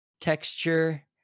texture